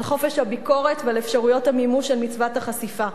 על חופש הביקורת ועל אפשרויות המימוש של מצוות החשיפה.